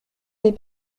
des